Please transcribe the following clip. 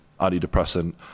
antidepressant